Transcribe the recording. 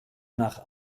nach